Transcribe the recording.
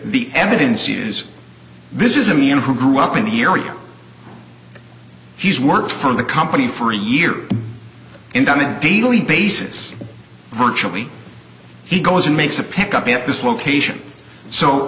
the evidence is this is a man who grew up in the area he's worked for the company for a year and on a daily basis virtually he goes and makes a pick up at this location